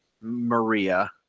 Maria –